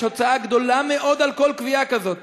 יש הוצאה גדולה מאוד על כל כווייה כזאת.